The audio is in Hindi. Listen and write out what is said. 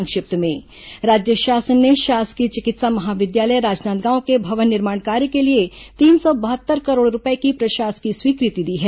संक्षिप्त समाचार राज्य शासन ने शासकीय चिकित्सा महाविद्यालय राजनांदगांव के भवन निर्माण कार्य के लिए तीन सौ बहत्तर करोड़ रूपये की प्रशासकीय स्वीकृति दी है